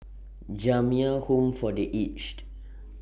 Jamiyah Home For The Aged